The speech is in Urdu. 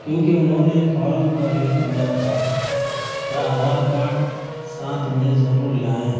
کیونکہ انہوں نے فارم پر لکھ دیا تھا کہ آدھار کارڈ ساتھ میں ضرور لائیں